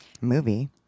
movie